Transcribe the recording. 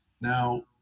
now